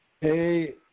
Hey